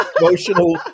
Emotional